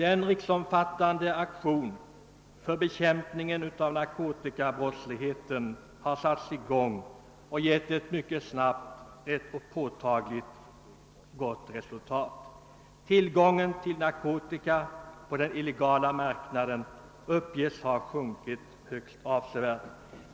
En riksomfattande aktion för bekämpning av narkotikabrottsligheten har satts i gång och mycket snabbt givit ett påtagligt resultat. Tillgången till narkotika på den illegala marknaden uppges ha sjunkit högst avsevärt.